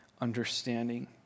understanding